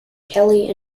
kelly